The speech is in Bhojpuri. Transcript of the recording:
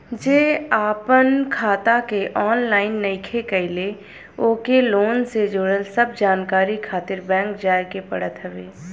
जे आपन खाता के ऑनलाइन नइखे कईले ओके लोन से जुड़ल सब जानकारी खातिर बैंक जाए के पड़त हवे